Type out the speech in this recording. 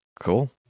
cool